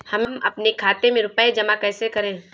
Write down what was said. हम अपने खाते में रुपए जमा कैसे करें?